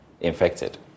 infected